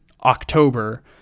October